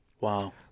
Wow